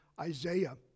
Isaiah